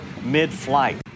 mid-flight